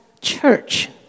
church